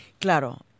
Claro